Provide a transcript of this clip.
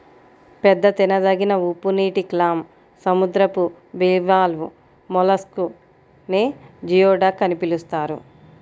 పెద్ద తినదగిన ఉప్పునీటి క్లామ్, సముద్రపు బివాల్వ్ మొలస్క్ నే జియోడక్ అని పిలుస్తారు